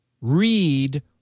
read